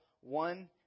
one